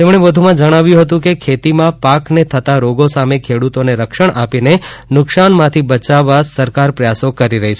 તેમણે વધુમાં જણાવ્યું હતું કે ખેતીમાં પાકને થતા રોગો સામે ખેડૂતોને રક્ષણ આપીને નુકશાન માંથી બચાવવા સરકાર પ્રયાસો કરી રહી છે